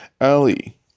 ali